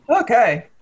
Okay